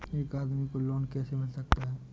एक आदमी को लोन कैसे मिल सकता है?